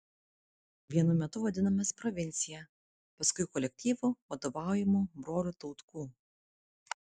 vienu metu vadinomės provincija paskui kolektyvu vadovaujamu brolių tautkų